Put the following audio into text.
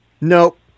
Nope